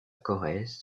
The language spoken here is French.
corrèze